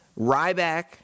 Ryback